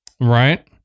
Right